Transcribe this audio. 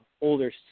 older